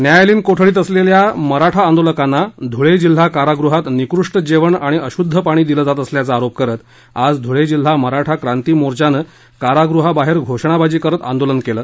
न्यायालयीन कोठडीत असलेल्या मराठा आंदोलकांना धूळे जिल्हा कारागृहात निकृष्ट जेवण आणि अशुध्द पाणी दिलं जात असल्याचा आरोप करत आज धुळे जिल्हा मराठा क्रांती मोर्चानं कारागृहाबाहेर घोषणाबाजी करत आंदोलन केलं